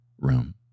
room